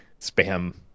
spam